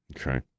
Okay